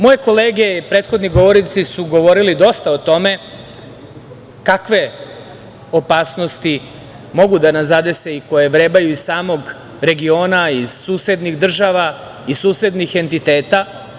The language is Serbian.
Moje kolege i prethodni govornici su govorili dosta o tome kakve opasnosti mogu da nas zadese i koje vrebaju iz samog regiona, iz susednih država i susednih entiteta.